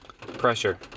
Pressure